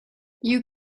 you